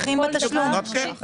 איזה תשלומים למשל?